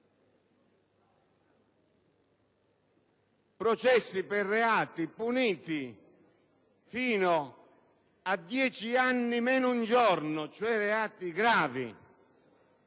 processi per reati puniti fino a dieci anni meno un giorno, cioè reati gravi.